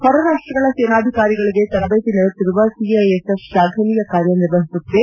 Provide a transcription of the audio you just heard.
ಹೊರ ರಾಷ್ಷಗಳ ಸೇನಾಧಿಕಾರಿಗಳಿಗೆ ತರಬೇತಿ ನೀಡುತ್ತಿರು ಸಿಐಎಸ್ಎಫ್ ಶ್ಲಾಘನೀಯ ಕಾರ್ಯ ನಿರ್ವಹಿಸುತ್ತಿದೆ